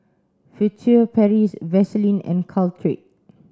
Furtere Paris Vaselin and Caltrate